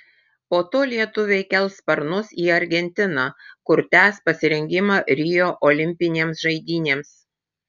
po to lietuviai kels sparnus į argentiną kur tęs pasirengimą rio olimpinėms žaidynėms